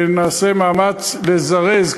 נעשה מאמץ לזרז,